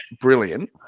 brilliant